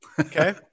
okay